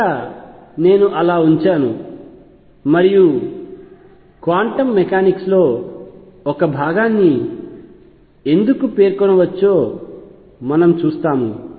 ఇక్కడ నేను అలా ఉంచాను మరియు క్వాంటం మెకానిక్స్ లో ఒక భాగాన్ని ఎందుకు పేర్కొనవచ్చో మనము చూస్తాము